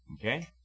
Okay